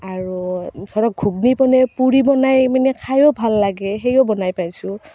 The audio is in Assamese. আৰু ধৰক ঘুগনী বনাই পুৰি বনাই মানে খায়ো ভাল লাগে সেয়াও বনাই পাইছোঁ